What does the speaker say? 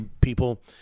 people